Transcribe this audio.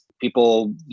People